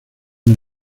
una